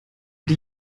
die